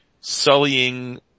sullying